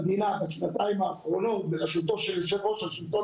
כל ראש רשות או כל מועצה כמו שאמר ידידי וחברי יושב-ראש הוועדה